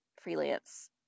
freelance